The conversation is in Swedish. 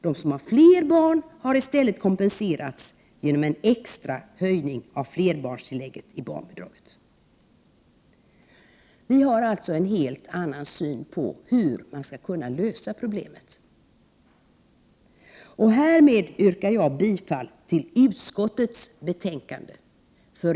De som har flera barn har i stället kompenserats genom en extrahöjning av flerbarnstillägget i barnbidraget. Vi har således en helt annan syn på hur man skulle kunna lösa problemet. Herr talman! Härmed yrkar jag bifall till hemställan i utskottets betänkande.